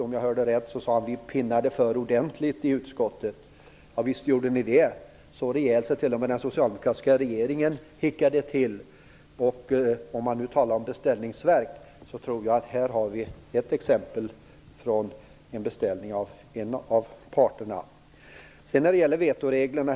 Om jag hörde rätt sade han: Vi pinnade för ganska ordentligt i utskottet. Visst gjorde ni det, så rejält att till och med den socialdemokratiska regeringen hickade till. Om man nu talar om beställningsverk tror jag att vi här har ett exempel på en beställning från en av parterna.